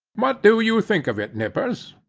what do you think of it, nippers?